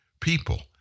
people